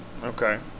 Okay